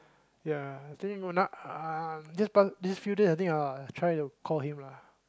ya this few days I think I will try to call him lah